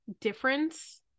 difference